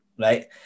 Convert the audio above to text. Right